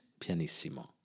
Pianissimo